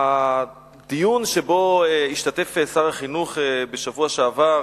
בדיון שבו השתתף שר החינוך בשבוע שעבר,